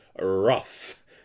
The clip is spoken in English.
rough